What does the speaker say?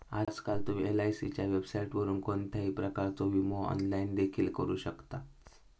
आजकाल तुम्ही एलआयसीच्या वेबसाइटवरून कोणत्याही प्रकारचो विमो ऑनलाइन देखील करू शकतास